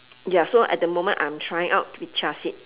ya so at the moment I'm trying out with chia seed